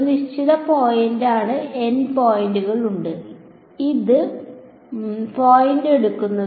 ഒരു നിശ്ചിത പോയിന്റാണ് N പോയിന്റുകൾ ഉണ്ട് ഇതാണ് ith പോയിന്റ് എടുക്കുന്നത്